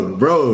bro